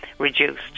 reduced